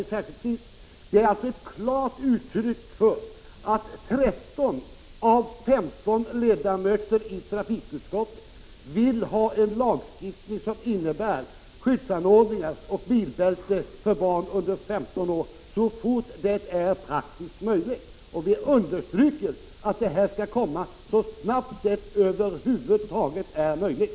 Det är alltså klart uttryckt att 13 av 15 ledamöter i trafikutskottet vill ha en lagstiftning som innebär skyddsanordningar och bilbälte för barn under 15 år så fort det är praktiskt möjligt. Och vi understryker att denna lagstiftning skall komma så snart som det över huvud taget är möjligt.